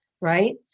right